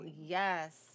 Yes